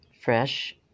fresh